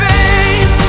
Fame